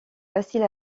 facile